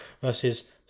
versus